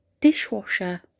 dishwasher